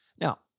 Now